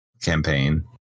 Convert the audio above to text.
campaign